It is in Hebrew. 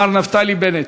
מר נפתלי בנט,